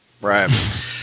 Right